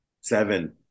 Seven